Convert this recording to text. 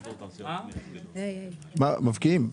מבקיעים,